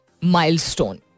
milestone